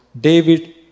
David